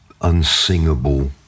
unsingable